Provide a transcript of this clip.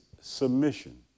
submission